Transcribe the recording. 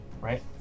right